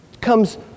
comes